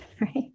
right